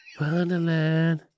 Wonderland